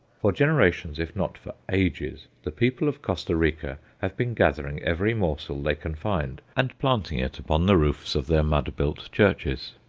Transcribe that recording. for generations, if not for ages, the people of costa rica have been gathering every morsel they can find, and planting it upon the roofs of their mud-built churches.